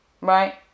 right